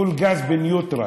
פול גז בניוטרל,